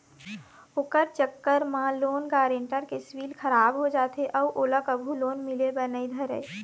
ओखर चक्कर म लोन गारेंटर के सिविल खराब हो जाथे अउ ओला कभू लोन मिले बर नइ धरय